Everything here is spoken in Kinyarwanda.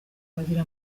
bagira